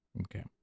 Okay